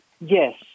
Yes